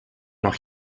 nach